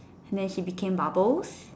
and then she became bubbles